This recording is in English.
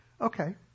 Okay